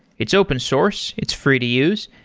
it's open source. it's free to use,